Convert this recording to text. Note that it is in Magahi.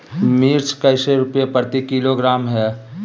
मिर्च कैसे रुपए प्रति किलोग्राम है?